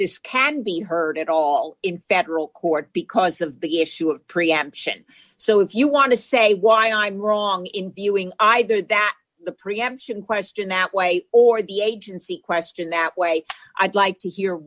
this can be heard at all in federal court because of the issue of preemption so if you want to say why i'm wrong in viewing either that the preemption question that way or the agency question that way i'd like to hear